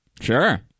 Sure